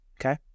Okay